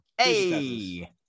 Hey